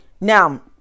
Now